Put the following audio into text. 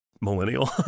millennial